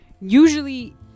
usually